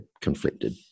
conflicted